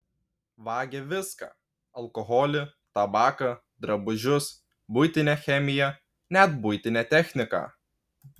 vagia viską alkoholį tabaką drabužius buitinę chemiją net buitinę techniką